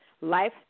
life